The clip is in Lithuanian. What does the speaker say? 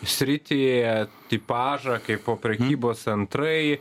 sritį tipažą kaipo prekybos centrai